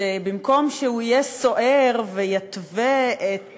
שבמקום שהוא יהיה סוער ויתווה את